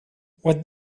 what